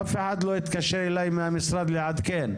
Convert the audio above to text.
אף אחד לא התקשר אליי מהמשרד לעדכן,